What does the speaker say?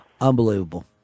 Unbelievable